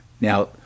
Now